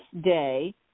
day